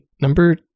number